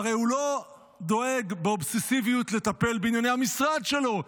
והרי הוא לא דואג באובססיביות לטפל בענייני המשרד שלו.